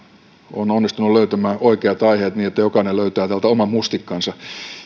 on onnistunut löytämään oikeat aiheet niin että jokainen löytää täältä oman mustikkansa